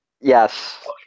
Yes